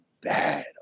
bad